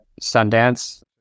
Sundance